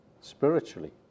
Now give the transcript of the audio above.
spiritually